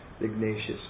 Ignatius